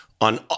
on